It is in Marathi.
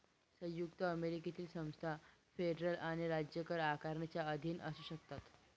संयुक्त अमेरिकेतील संस्था फेडरल आणि राज्य कर आकारणीच्या अधीन असू शकतात